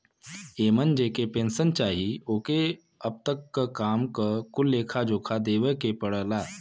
एमन जेके पेन्सन चाही ओके अब तक क काम क कुल लेखा जोखा देवे के पड़ला